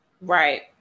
Right